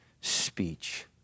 speech